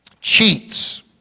Cheats